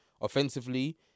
Offensively